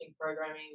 programming